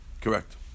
correct